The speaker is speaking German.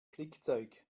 flickzeug